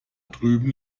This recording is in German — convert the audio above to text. drüben